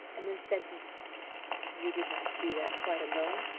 and then said to him you did not do that quite alone.